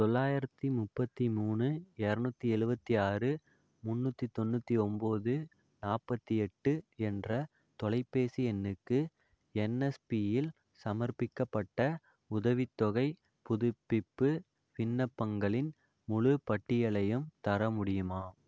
தொள்ளாயிரத்தி முப்பத்தி மூணு இரநூத்தி எழுபத்தி ஆறு முன்னூற்றி தொண்ணூற்றி ஒம்போது நாற்பத்தி எட்டு என்ற தொலைபேசி எண்ணுக்கு என்எஸ்பியில் சமர்ப்பிக்கப்பட்ட உதவித்தொகை புதுப்பிப்பு விண்ணப்பங்களின் முழு பட்டியலையும் தர முடியுமா